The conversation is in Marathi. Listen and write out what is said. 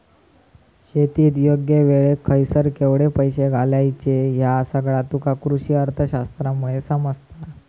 शेतीत योग्य वेळेक खयसर केवढे पैशे घालायचे ह्या सगळा तुका कृषीअर्थशास्त्रामुळे समजता